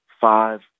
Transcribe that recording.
five